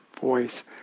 voice